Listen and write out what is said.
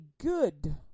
good